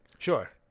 Sure